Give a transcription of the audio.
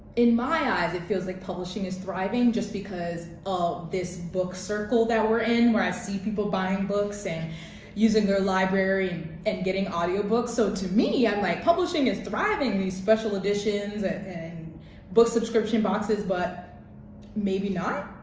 in my eyes, it feels like publishing is thriving just because of this book circle that we're in where i see people buying books and using their library and getting audio books so to me i'm like publishing is thriving, these special editions and book subscription boxes but maybe not.